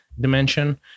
dimension